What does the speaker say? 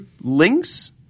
links